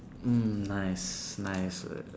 mm nice nice